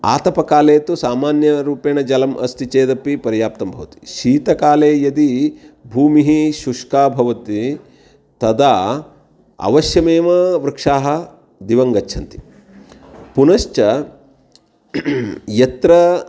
आतपकाले तु सामान्यरूपेण जलम् अस्ति चेदपि पर्याप्तं भवति शीतकाले यदि भूमिः शुष्का भवति तदा अवश्यमेव वृक्षाः दिवङ्गच्छन्ति पुनश्च यत्र